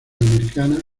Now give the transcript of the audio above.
americana